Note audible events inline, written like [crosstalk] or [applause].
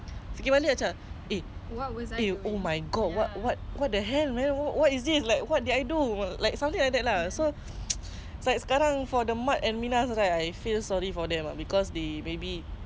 pasal dia orang betul-betul kurang ajar [laughs] so ya I have this okay so people keep saying that I'm a minah and I'm very against it because do you even know what's a minah